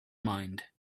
mind